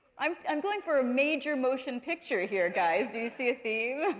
i'm i'm going for a major motion picture here, guys. do you see a theme?